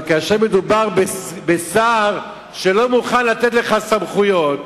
אבל כאשר מדובר בשר שלא מוכן לתת לך סמכויות